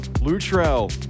Luttrell